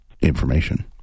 information